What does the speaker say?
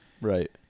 right